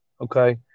okay